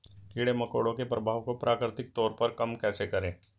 कीड़े मकोड़ों के प्रभाव को प्राकृतिक तौर पर कम कैसे करें?